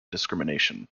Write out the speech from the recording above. discrimination